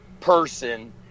person